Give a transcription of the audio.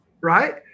right